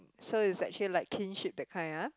so is actually like kinship that kind ah